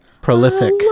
prolific